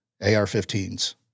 AR-15s